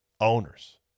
Owners